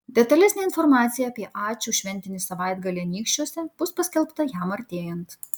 detalesnė informacija apie ačiū šventinį savaitgalį anykščiuose bus paskelbta jam artėjant